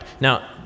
Now